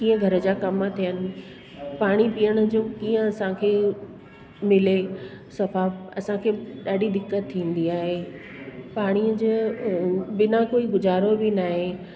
कीअं घर जा कमु थियनि पाणी पीअण जो कीअं असांखे मिले सफ़ा असांखे ॾाढी दिक़त थींदी आहे पाणीअ जो बिना कोई गुज़ारो बि न आहे